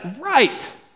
right